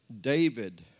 David